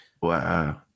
wow